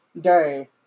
day